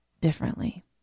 differently